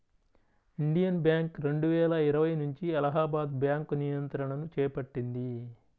Indian bank రెండువేల ఇరవై నుంచి అలహాబాద్ బ్యాంకు నియంత్రణను చేపట్టింది